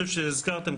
מופחת.